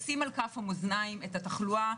לשים על כף המאזניים את התחלואה,